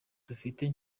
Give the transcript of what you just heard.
dufite